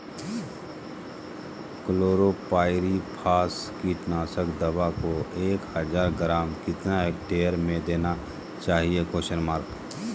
Chlorpyrifos कीटनाशक दवा को एक हज़ार ग्राम कितना हेक्टेयर में देना चाहिए?